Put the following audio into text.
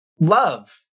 love